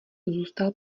zůstal